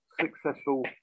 successful